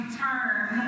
turn